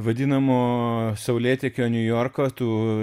vadinamo saulėtekio niujorko tų